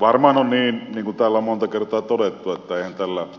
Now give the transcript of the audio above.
varmaan on niin niin kuin täällä on monta kertaa todettu että eihän